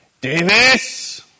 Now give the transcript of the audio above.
davis